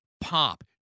pop